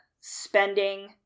spending